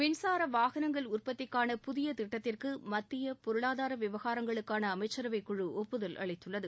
மின்சார வாகனங்கள் உற்பத்திக்கான புதிய திட்டத்திற்கு மத்திய பொருளாதார விவகாரங்களுக்கான அமைச்சரவைக்குழு ஒப்புதல் அளித்துள்ளது